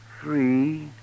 three